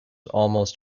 almost